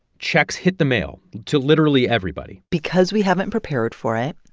checks hit the mail to literally everybody because we haven't prepared for it,